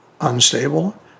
unstable